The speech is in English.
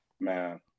Man